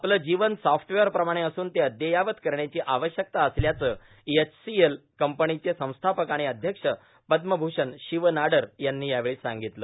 आपलं जीवन सॉफ्टवेअरप्रमाणं असून ते अद्ययावत करण्याची आवश्यकता असल्याचं एचसीएल कंपनीचे संस्थापक आणि अध्यक्ष पद्मभूषण शिव नाडर यांनी यावेळी सांगितलं